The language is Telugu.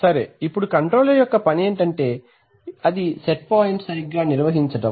సరే ఇప్పుడు కంట్రోలర్ యొక్క పని ఏమిటంటే అది సెట్ పాయింట్ సరిగ్గా నిర్వహించడం చేయడం